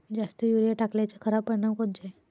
जास्त युरीया टाकल्याचे खराब परिनाम कोनचे?